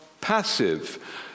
passive